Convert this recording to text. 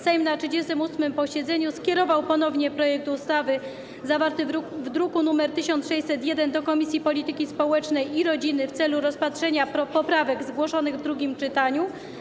Sejm na 38. posiedzeniu skierował ponownie projekt ustawy zawarty w druku nr 1601 do Komisji Polityki Społecznej i Rodziny w celu rozpatrzenia poprawek zgłoszonych w drugim czytaniu.